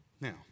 Now